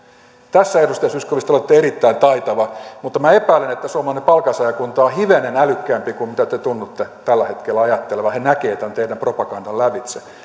tässä edustaja zyskowicz te olette erittäin taitava mutta minä epäilen että suomalainen palkansaajakunta on hivenen älykkäämpi kuin mitä te tunnutte tällä hetkellä ajattelevan he näkevät tämän teidän propagandanne lävitse